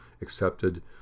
accepted